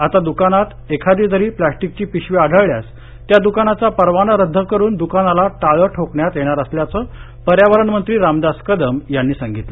आता दुकानात एखादी जरी प्लास्टिकची पिशवी आढळल्यास त्या दुकानाचा परवाना रद्द करून दुकानाला टाळं ठोकण्यात येणार असल्याचं पर्यावरण मंत्री रामदास कदम यांनी सांगितलं